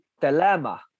dilemma